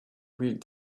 with